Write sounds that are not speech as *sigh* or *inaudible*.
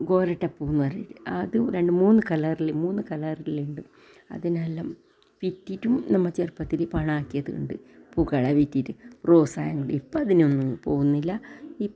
*unintelligible* പൂ വേറെയുണ്ട് അത് രണ്ടു മൂന്നു കളറിൽ മൂന്ന് കളറിലുണ്ട് അതിനെല്ലാം വിറ്റിട്ടും നമ്മൾ ചെറുപ്പത്തിൽ പണമാക്കിയതുണ്ട് പൂക്കളെ വിറ്റിറ്റ് റോസാ ഉണ്ട് ഇപ്പോൾ അതിനൊന്നും പോകുന്നില്ല